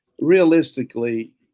realistically